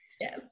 Yes